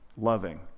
loving